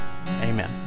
amen